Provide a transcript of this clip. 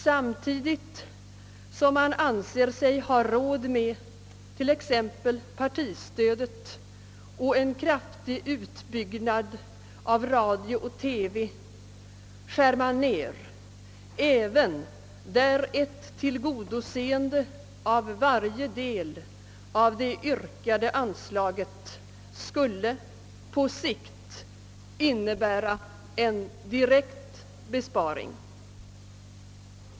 Samtidigt som man anser sig ha råd med t.ex. partistöd och en kraftig utbyggnad av radio och TV, skär man ned, även där ett tillgodoseende av varje del av det yrkade anslaget skulle på sikt innebära en direkt besparing.